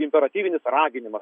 imperatyvinis raginimas